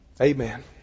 Amen